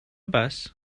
bus